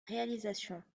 réalisation